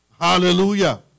Hallelujah